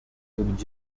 include